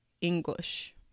English